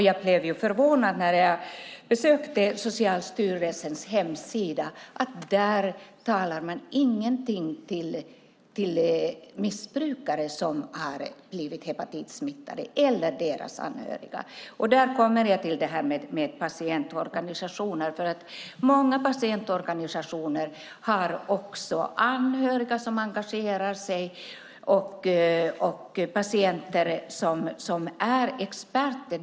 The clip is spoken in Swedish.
Jag blev förvånad när jag besökte Socialstyrelsens hemsida och såg att man inte nämner missbrukare som har blivit hepatitsmittade, eller deras anhöriga. Där kommer jag till frågan om patientorganisationer. Många patientorganisationer har anhöriga som engagerar sig och patienter som är experter.